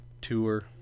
tour